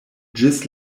ĝis